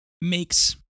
makes